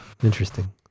Interesting